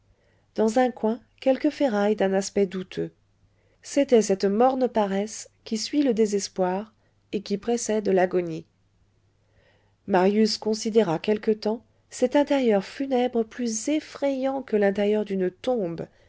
dans un coin quelques ferrailles d'un aspect douteux c'était cette morne paresse qui suit le désespoir et qui précède l'agonie marius considéra quelque temps cet intérieur funèbre plus effrayant que l'intérieur d'une tombe